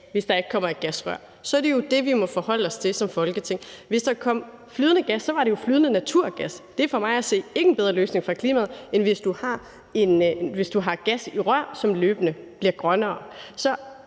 hvis der ikke kommer et gasrør, så er det jo det, vi må forholde os til som Folketing. Hvis der kom flydende gas, var det jo flydende naturgas, og det er for mig at se ingen bedre løsning for klimaet, end hvis du har gas i rør, som løbende bliver grønnere.